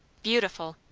beautiful.